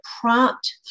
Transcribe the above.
prompt